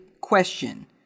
question